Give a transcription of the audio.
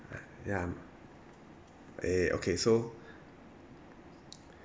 uh ya I'm eh okay so